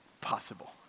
possible